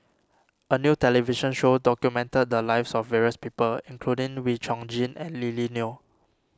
a new television show documented the lives of various people including Wee Chong Jin and Lily Neo